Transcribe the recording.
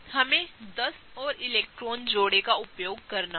हमें 10 और इलेक्ट्रॉन जोड़े का उपयोग करना होगा